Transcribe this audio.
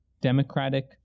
democratic